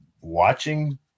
watching